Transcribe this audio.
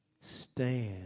stand